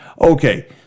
Okay